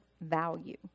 value